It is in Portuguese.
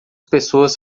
pessoas